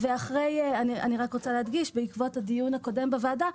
אני רוצה להדגיש שבעקבות הדיון הקודם בוועדה,